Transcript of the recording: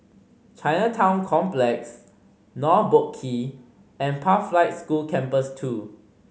Chinatown Complex North Boat Quay and Pathlight School Campus Two